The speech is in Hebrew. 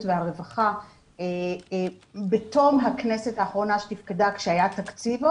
ולמשרד הרווחה בתום הכנסת האחרונה שתפקדה כשעוד היה תקציב.